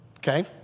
Okay